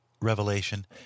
revelation